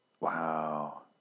Wow